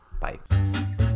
bye